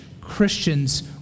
Christians